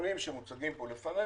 כשהנתונים שמוצגים פה בפנינו,